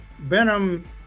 Venom